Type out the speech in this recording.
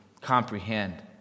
comprehend